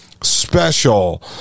Special